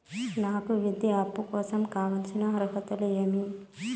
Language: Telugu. నాకు విద్యా అప్పు కోసం కావాల్సిన అర్హతలు ఏమి?